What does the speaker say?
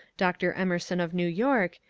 dr. emerson of new york,